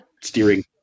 steering